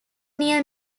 near